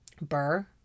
Burr